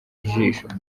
ijisho